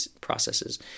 processes